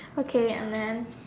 okay and then